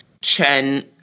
Chen